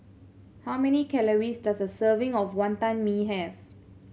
how many calories does a serving of Wonton Mee have